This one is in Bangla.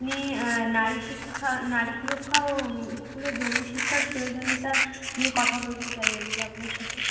আপনি নারী শিক্ষা নারী সুরক্ষা ও স্কুলে যৌন শিক্ষার প্রয়োজনীয়তা নিয়ে কথা বলতে চাই আর কি আপনার সাথে